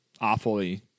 awfully